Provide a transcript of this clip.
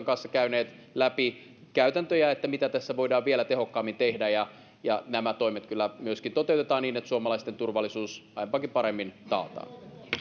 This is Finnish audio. kanssa käyneet läpi niitä käytäntöjä mitä tässä voidaan vielä tehokkaammin tehdä ja ja nämä toimet kyllä myöskin toteutetaan niin että suomalaisten turvallisuus aiempaakin paremmin taataan